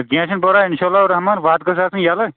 کینٛہہ چھُنہٕ پرواے اِنشاء اللہُ رحمان وَتھ گٔژھ آسٕنۍ یَلہٕ